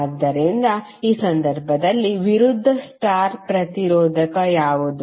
ಆದ್ದರಿಂದ ಈ ಸಂದರ್ಭದಲ್ಲಿ ವಿರುದ್ಧ ಸ್ಟಾರ್ ಪ್ರತಿರೋಧಕ ಯಾವುದು